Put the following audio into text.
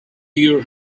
your